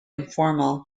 informal